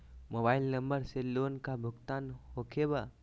Mobile number से loan का भुगतान होखे बा?